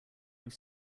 have